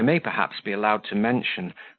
i may perhaps be allowed to mention,